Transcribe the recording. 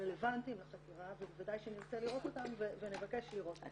רלוונטיים לחקירה ובוודאי שנרצה לראות אותם ונבקש לראות אותם.